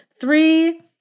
three